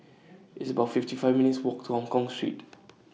It's about fifty five minutes' Walk to Hongkong Street